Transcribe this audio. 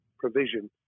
provision